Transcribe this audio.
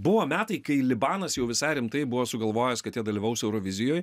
buvo metai kai libanas jau visai rimtai buvo sugalvojęs kad jie dalyvaus eurovizijoj